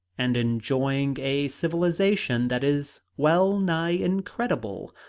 and enjoying a civilization that is well-nigh incredible.